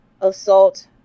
assault